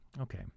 Okay